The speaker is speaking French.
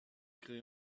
crée